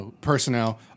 personnel